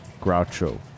Groucho